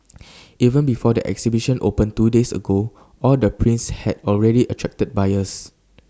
even before the exhibition opened two days ago all their prints had already attracted buyers